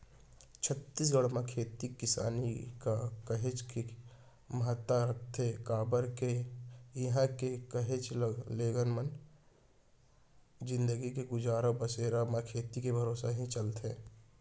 छत्तीसगढ़ म खेती किसानी ह काहेच के महत्ता रखथे काबर के इहां के काहेच लोगन मन के जिनगी के गुजर बसर ह खेती के भरोसा ही चलथे